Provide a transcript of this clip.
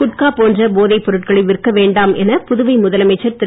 குட்கா போன்ற போதைப்பொருட்களை விற்க வேண்டாம் என புதுவை முதலமைச்சர் திரு